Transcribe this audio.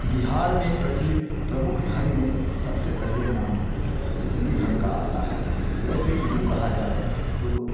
बिहार में प्रचलित प्रमुख धर्म में सबसे पहले नाम हिंदू धर्म का आता है वैसे यूँ कहा जाए तो